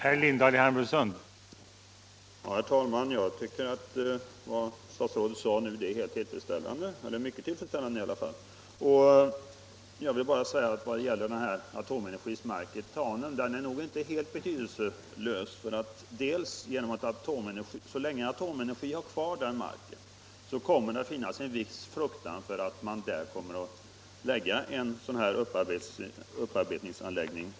Enligt uppgifter i pressen planerar SJ en flyttning från Vännäs av en arbetsenhet på verkstadssidan. Det gäller presenningsverkstaden. Vännäs har redan tidigare en svag ställning ur sysselsättningsynpunkt, och den minskning av arbetstillfällen som nu hotar upplevs mycket negativt i kommunen. Dessutom måste nedläggningen av verkstaden betyda en försämring i servicen för presenningskunderna.